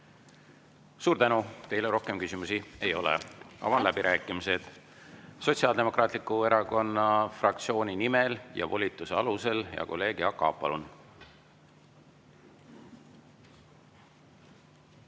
Suur tänu! Teile rohkem küsimusi ei ole. Avan läbirääkimised. Sotsiaaldemokraatliku Erakonna fraktsiooni nimel ja volituse alusel, hea kolleeg Jaak